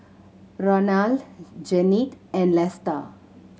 Ronal Jennette and Lesta